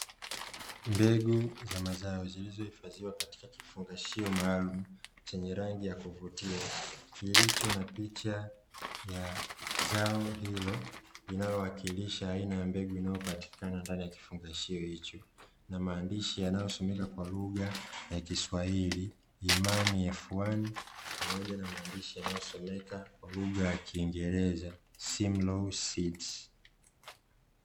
Mbegu za mazao zilizohifadhiwa katika kifungashio maalumu chenye rangi ya kuvutia, kilicho na picha ya zao hilo linalowakilisha aina ya mbegu inayopatikana ndani ya kifungo kifungashio hicho, na maandishi yanayosomeka kwa lugha ya kiswahili, "imani ya f ani" pamoja na maandishi yanayosomeka kwa lugha ya kiingereza, "Stimulus seeds"